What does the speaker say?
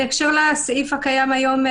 ולאחר שקיבל חוות דעת עדכנית מחיל הרפואה.